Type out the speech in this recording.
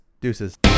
deuces